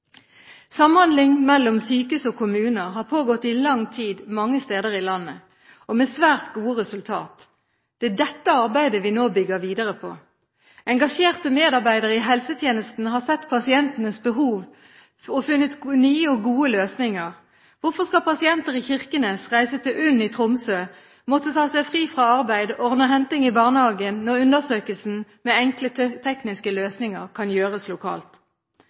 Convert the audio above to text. Samhandling mellom sykehus og kommuner har pågått i lang tid mange steder i landet, og med svært gode resultat. Det er dette arbeidet vi nå bygger videre på. Engasjerte medarbeidere i helsetjenesten har sett pasientenes behov og funnet nye og gode løsninger. Hvorfor skal pasienter i Kirkenes reise til UNN i Tromsø, måtte ta seg fri fra arbeid og ordne henting i barnehagen når undersøkelsen med enkle tekniske løsninger kan gjøres lokalt?